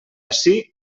ací